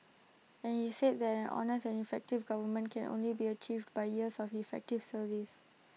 and he said that an honest and effective government can only be achieved by years of effective service